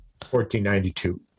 1492